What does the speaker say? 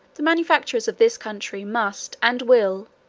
the manufacturers of this country must and will,